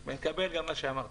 אני מקבל את מה שאמרת.